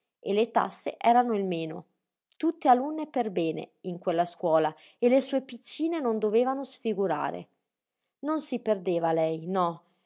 e le tasse erano il meno tutte alunne per bene in quella scuola e le sue piccine non dovevano sfigurare non si perdeva lei no